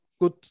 good